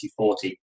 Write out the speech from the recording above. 2040